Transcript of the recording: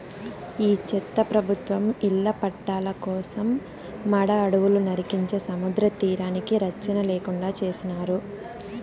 ఈ చెత్త ప్రభుత్వం ఇళ్ల పట్టాల కోసం మడ అడవులు నరికించే సముద్రతీరానికి రచ్చన లేకుండా చేసినారు